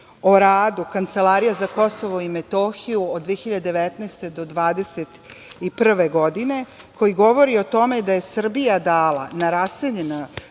o radu Kancelarije za Kosovo i Metohiju od 2019. do 2021. godine, koji govori o tome da je Srbija dala za raseljena